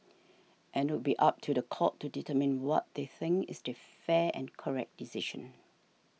and it would be up to the court to determine what they think is the fair and correct decision